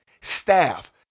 staff